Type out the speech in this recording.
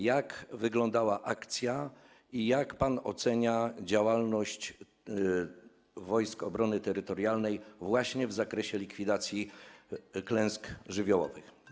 Jak wyglądała akcja i jak pan ocenia działalność Wojsk Obrony Terytorialnej właśnie w zakresie likwidacji skutków klęsk żywiołowych?